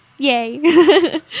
Yay